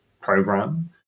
program